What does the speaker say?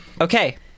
Okay